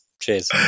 Cheers